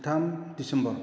जिथाम डिसिम्बर